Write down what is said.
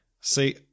See